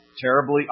terribly